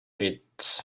its